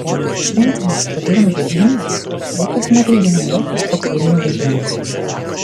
šventiniuose viduramžių himnuose laikas nevaidino jokio struktūrinio vaidmens